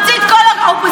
תוציא את כל האופוזיציה,